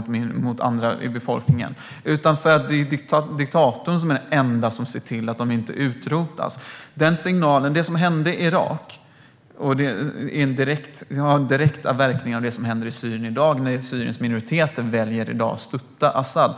gör mot andra i befolkningen är bra. Nej, de stöttar honom för att diktatorn är den ende som ser till att de inte utrotas. Det som hände i Irak har direkt inverkan på det som händer i Syrien i dag när Syriens minoriteter väljer att stötta Asad.